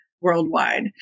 worldwide